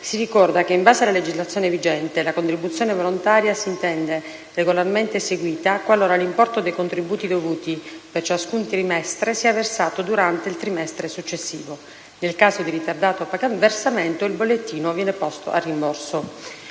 si ricorda che, in base alla legislazione vigente, la contribuzione volontaria si intende regolarmente eseguita qualora l'importo dei contributi dovuti per ciascun trimestre sia versato durante il trimestre successivo. Nel caso di ritardato versamento, il bollettino viene posto a rimborso.